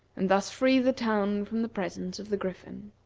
and thus free the town from the presence of the griffin.